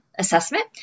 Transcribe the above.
assessment